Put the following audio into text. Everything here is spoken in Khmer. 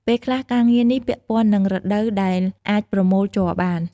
ពេលខ្លះ ការងារនេះពាក់ព័ន្ធនឹងរដូវដែលអាចប្រមូលជ័របាន។